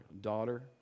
daughter